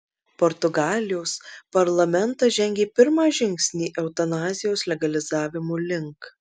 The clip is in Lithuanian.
portugalijos parlamentas žengė pirmą žingsnį eutanazijos legalizavimo link